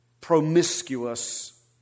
promiscuous